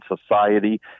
society